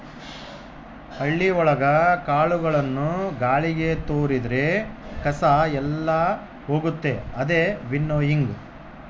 ಹಳ್ಳಿ ಒಳಗ ಕಾಳುಗಳನ್ನು ಗಾಳಿಗೆ ತೋರಿದ್ರೆ ಕಸ ಎಲ್ಲ ಹೋಗುತ್ತೆ ಅದೇ ವಿನ್ನೋಯಿಂಗ್